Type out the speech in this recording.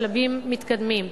בשלבים מתקדמים,